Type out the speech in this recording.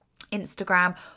Instagram